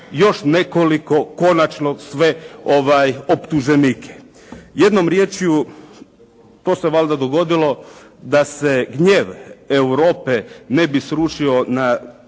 još nekoliko konačno sve optuženike. Jednom riječju to se valjda dogodilo da se gnjev Europe ne bi srušio